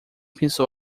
pensou